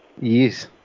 Yes